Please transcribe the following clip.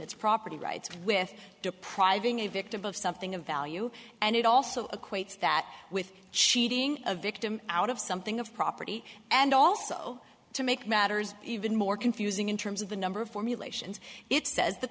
it's property rights with depriving a victim of something of value and it also equates that with cheating a victim out of something of property and also to make matters even more confusing in terms of the number of formulations it says that